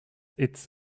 its